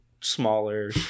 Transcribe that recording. smaller